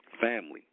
Family